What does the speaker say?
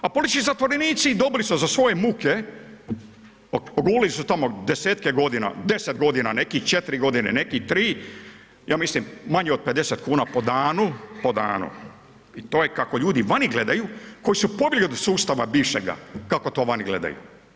A politički zatvorenici dobili su za svoje muke, odgulili su tamo desetke godine, 10 godina, neki 4 godine, neki 3 ja mislim manje od 50 kuna po danu i to je kako ljudi vani gledaju koji su pobjegli od sustava bivšega, kako to vani gledaju.